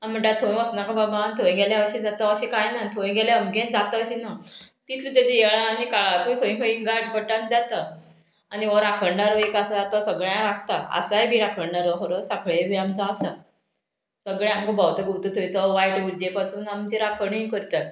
आमी म्हणटा थंय वचनाका बाबा थंय गेलें अशें जाता अशें कांय ना थंय गेल्यार अमकेंच जाता अशें ना तितलें तेजे वेळा आनी काळाकूय खंय खंय गांठ पडटा जाता आनी हो राखणदार हो एक आसा तो सगळ्यांक राखता आसाय बी राखणदार हो सांखळे बी आमचो आसा सगळें आमकां भोंवता घुंवता थंय तो वायट उर्जे पासून आमची राखणूय करतात